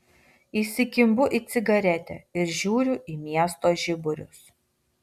įsikimbu į cigaretę ir žiūriu į miesto žiburius